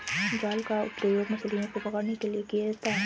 जाल का प्रयोग मछलियो को पकड़ने के लिये किया जाता है